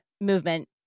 movement